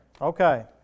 Okay